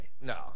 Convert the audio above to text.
No